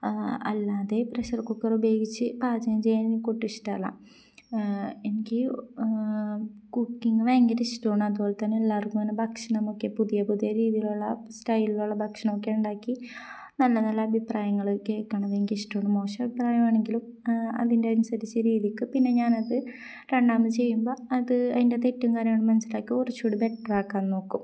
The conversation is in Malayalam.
അല്ലാതെ പ്രഷർ കുക്കർ ഉപയോഗിച്ചു പാചകം ചെയ്യാൻ എനിക്കൊട്ടും ഇഷ്ടമല്ല എനിക്ക് കുക്കിങ് ഭയങ്കര ഇഷ്ടമാണ് അതുപോലെ തന്നെ എല്ലാവർക്കും അങ്ങനെ ഭക്ഷണമൊക്കെ പുതിയ പുതിയ രീതിയിലുള്ള സ്റ്റൈലിലുള്ള ഭക്ഷണമൊക്കെ ഉണ്ടാക്കി നല്ല നല്ല അഭിപ്രായങ്ങൾ കേൾക്കുന്നത് എനിക്ക് ഇഷ്ടമാണ് മോശം അഭിപ്രായമാണെങ്കിലും അതിനനുസരിച്ച രീതിക്ക് പിന്നെ ഞാൻ അത് രണ്ടാമത് ചെയ്യുമ്പം അത് അതിൻ്റെ തെറ്റും കാര്യം മനസ്സിലാക്കി കുറച്ചു കൂടി ബെറ്ററാക്കാൻ നോക്കും